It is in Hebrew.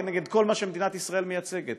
כנגד כל מה שמדינת ישראל מייצגת